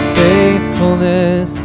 faithfulness